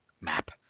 map